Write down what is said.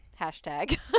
Hashtag